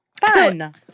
fun